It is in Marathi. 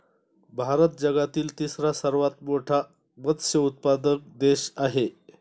भारत जगातील तिसरा सर्वात मोठा मत्स्य उत्पादक देश आहे